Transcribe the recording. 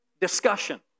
discussion